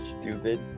stupid